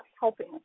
helping